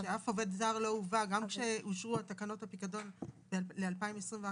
כשאף עובד זר לא הובא - גם כשאושרו תקנות הפיקדון לשנת 2021,